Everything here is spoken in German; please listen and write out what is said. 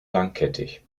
langkettig